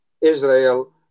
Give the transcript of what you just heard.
Israel